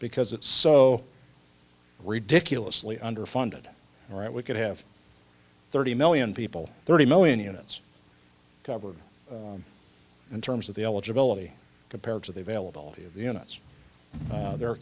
because it's so ridiculously underfunded right we could have thirty million people thirty million units covered in terms of the eligibility compared to the availability of the units there